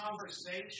conversation